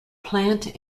plant